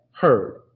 heard